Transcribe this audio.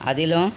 அதிலும்